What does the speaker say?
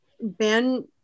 Ben